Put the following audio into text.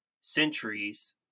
centuries